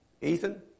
Ethan